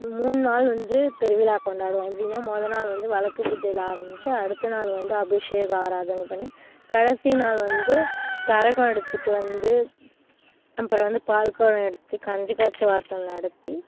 மூண் நாள் வந்து திருவிழா கொண்டாடுவோம் எப்படினா முதநாள் வந்து விளக்கு பூஜையில ஆரமிச்சு அடுத்த நாள் வந்து அபிஷேக ஆராதனை பண்ணி கடைசிநாள் வந்து கரகம் எடுத்துகிட்டு வந்து அப்புறம் வந்து பால் குடம் எடுத்து கஞ்சிக்காச்சு வர்த்தல் நடத்தி